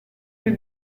più